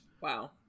Wow